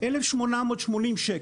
1,880 שקלים.